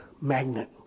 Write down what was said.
magnet